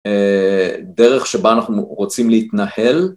דרך שבה אנחנו רוצים להתנהל.